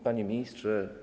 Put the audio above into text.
Panie Ministrze!